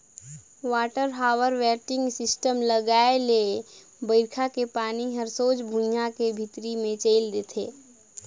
water harvesting system लगवाए ले बइरखा के पानी हर सोझ भुइयां के भीतरी मे चइल देथे